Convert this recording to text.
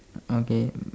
okay